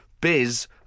biz